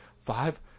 five